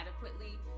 adequately